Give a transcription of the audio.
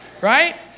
right